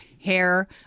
hair